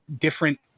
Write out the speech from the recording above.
different